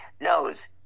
knows